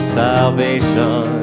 salvation